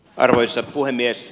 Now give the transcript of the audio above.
arvoisa puhemies